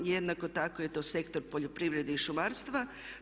Jednako tako je to sektor poljoprivrede i šumarstva.